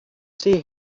see